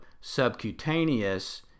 subcutaneous